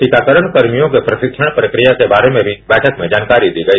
टीकाकरण कर्मियों के प्रशिक्षण प्रक्रिया के बारे में भी बैठक में जानकारी दी गई